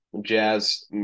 Jazz